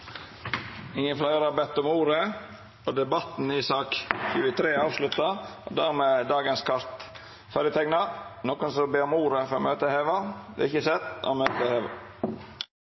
Fleire har ikkje bedt om ordet til sak nr. 23. Dermed er dagens kart ferdigbehandla. Ber nokon om ordet før møtet vert heva? – Det er ikkje sett, og møtet er heva.